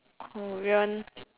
korean